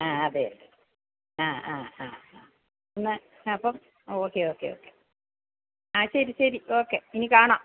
ആ അതെ ആ ആ ആ ആ എന്നാൽ അപ്പം ഓക്കെ ഓക്കെ ഓക്കെ ആ ശരി ശരി ഓക്കെ ഇനി കാണാം